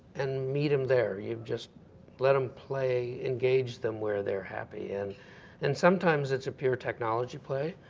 and meet them there. you just let them play, engage them where they're happy. and and sometimes it's a pure technology play.